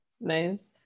Nice